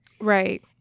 Right